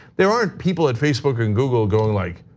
there aren't people at facebook and google going like,